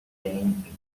then